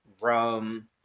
rum